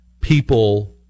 people